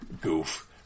goof